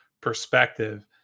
perspective